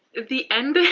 the ending,